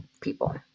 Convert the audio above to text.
people